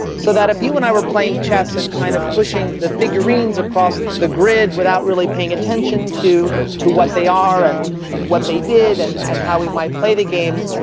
so that if you and i were playing chess and kind of pushing the figurines across the grid without really paying attention to to what they are and what they did and and how we might play the game,